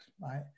right